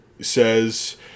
says